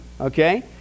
okay